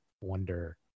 wonder